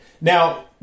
Now